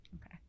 Okay